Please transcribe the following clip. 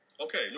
Okay